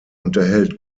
unterhält